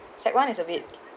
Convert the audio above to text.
sec~ one is a bit